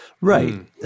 Right